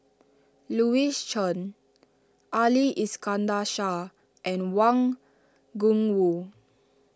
Louis Chen Ali Iskandar Shah and Wang Gungwu